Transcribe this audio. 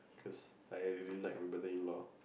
cause I really liked my brother in law